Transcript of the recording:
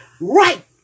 right